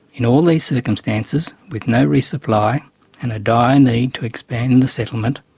in all these circumstances, with no resupply and a dire need to expand the settlement,